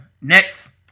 Next